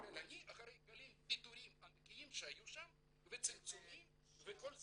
אחרי גלי פיטורין ענקיים שהיו שם וצימצומים וכל זה.